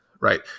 right